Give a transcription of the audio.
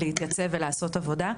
להתייצב ולעשות עבודה.